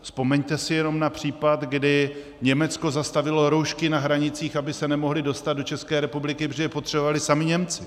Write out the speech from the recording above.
Vzpomeňte si jenom na případ, kdy Německo zastavilo roušky na hranicích, aby se nemohly dostat do České republiky, protože je potřebovali sami Němci.